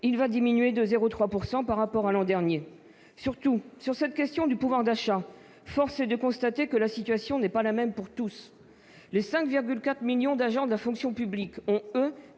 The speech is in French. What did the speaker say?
il va diminuer de 0,3 % par rapport à l'an dernier. Surtout, sur cette question du pouvoir d'achat, force est de constater que la situation n'est pas la même pour tous. Les quelque 5,4 millions d'agents de la fonction publique ont, quant